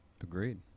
Agreed